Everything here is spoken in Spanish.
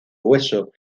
hueso